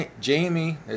Jamie